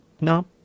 no